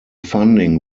funding